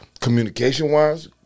communication-wise